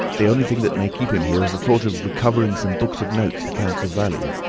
the only thing that may keep him here is the thought of recovering some books of notes he counts of value.